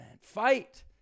fight